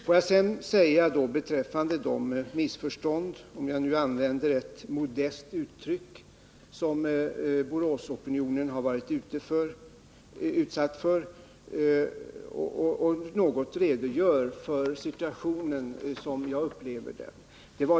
Får jag sedan säga något med anledning av de missförstånd — för att använda ett modest uttryck — som präglat Boråsopinionen något redogöra för situationen som jag uppfattar den.